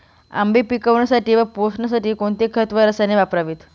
आंबे पिकवण्यासाठी व पोसण्यासाठी कोणते खत व रसायने वापरावीत?